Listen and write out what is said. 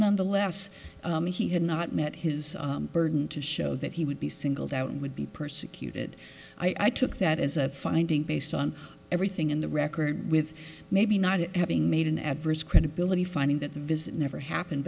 nonetheless he had not met his burden to show that he would be singled out and would be persecuted i took that as a finding based on everything in the record with maybe not having made an adverse credibility finding that the visit never happened